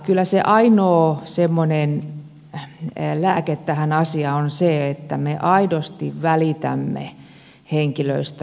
kyllä se ainoa semmoinen lääke tähän asiaan on se että me aidosti välitämme henkilöistä